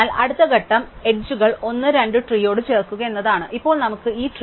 അരികുകൾ 1 2 ട്രീ യോട് ചേർക്കുക എന്നതാണ് ഇപ്പോൾ നമുക്ക് ഈ ട്രീ ഉണ്ട്